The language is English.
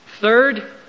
Third